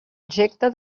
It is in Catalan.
objecte